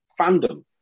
fandom